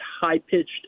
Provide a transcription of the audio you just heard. high-pitched